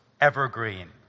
evergreen